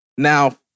Now